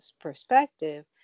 perspective